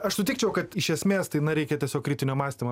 aš sutikčiau kad iš esmės tai na reikia tiesiog kritinio mąstymo